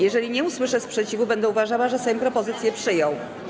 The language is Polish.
Jeżeli nie usłyszę sprzeciwu, będę uważała, że Sejm propozycję przyjął.